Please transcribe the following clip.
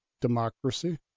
democracy